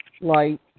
light